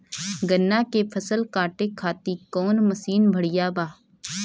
गन्ना के फसल कांटे खाती कवन मसीन बढ़ियां बा?